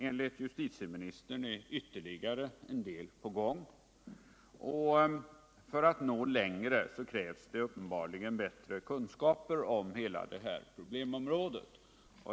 Enligt justitieministern är ytterligare en del på gång. För att nå längre behöver man uppenbarligen bättre kunskaper om hela det här problemområdet.